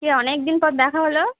এই অনেক দিন পর দেখা হলো